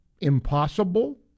impossible